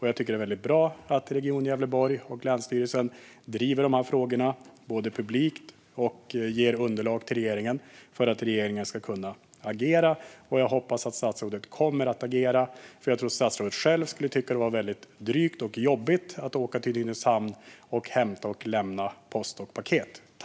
Jag tycker att det är bra att Region Gävleborg och länsstyrelsen driver dessa frågor publikt och ger underlag till regeringen så att regeringen ska kunna agera. Jag hoppas att statsrådet kommer att agera, för jag tror att statsrådet själv skulle tycka att det var drygt och jobbigt att behöva åka till Nynäshamn för att hämta och lämna post och paket.